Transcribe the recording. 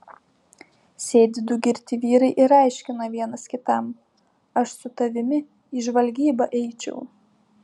sėdi du girti vyrai ir aiškina vienas kitam aš su tavimi į žvalgybą eičiau